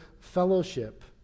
fellowship